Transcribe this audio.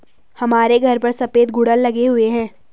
हमारे घर पर सफेद गुड़हल लगे हुए हैं